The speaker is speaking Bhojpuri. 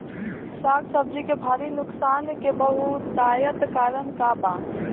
साग सब्जी के भारी नुकसान के बहुतायत कारण का बा?